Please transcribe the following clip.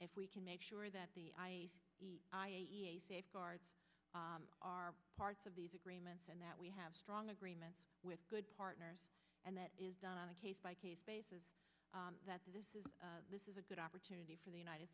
if we can make sure that the guards are parts of these agreements and that we have strong agreements with good partners and that is done on a case by case basis that this is this is a good opportunity for the united